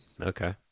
Okay